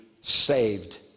saved